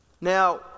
Now